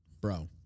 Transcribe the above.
Bro